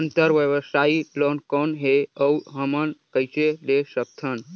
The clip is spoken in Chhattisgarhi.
अंतरव्यवसायी लोन कौन हे? अउ हमन कइसे ले सकथन?